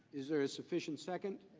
is there ah sufficient second?